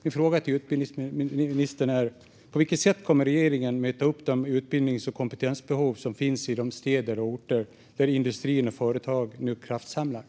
Min fråga till utbildningsministern är: På vilket sätt kommer regeringen att möta de utbildnings och kompetensbehov som finns i de städer och orter där industri och företag nu kraftsamlar?